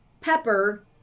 pepper